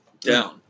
down